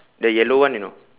the yellow one you know